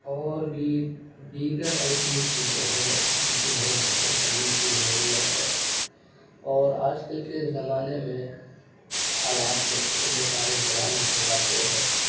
اور بھی دیگر ایسی چیزیں ہیں جنہیں بہتر کرنے کی ضرورت ہے اور آج کل کے زمانے میں حالات میں اتنے سارے جرائم ہو جاتے ہیں